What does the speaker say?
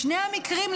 בשני המקרים,